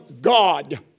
God